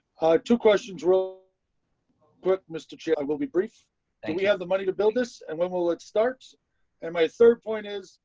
two questions will put mr will be brief and we have the money to build this and when will it starts and my third point is,